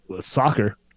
soccer